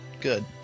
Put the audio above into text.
Good